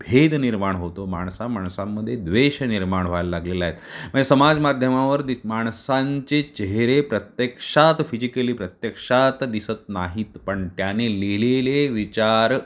भेद निर्माण होतो माणसा माणसामध्ये द्वेष निर्माण व्हायला लागलेला आहे मए समाज माध्यमावर दि माणसांचे चेहरे प्रत्यक्षात फिजिकली म्हणजे प्रत्यक्षात दिसत नाहीत पण त्याने लिहिलेले विचार